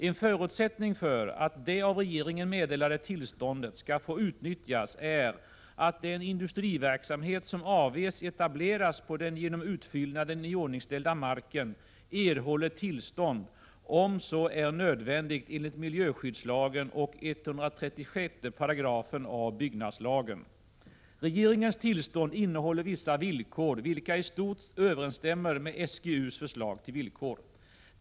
En förutsättning för att det av regeringen meddelade tillståndet skall få utnyttjas är att den industriverksamhet som avses etableras på den genom utfyllnaden iordningställda marken erhåller tillstånd, om så är nödvändigt, enligt miljöskyddslagen och 136 a § byggnadslagen. Regeringens tillstånd innehåller vissa villkor, vilka i stort överensstämmer med SGU:s förslag till villkor.